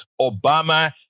Obama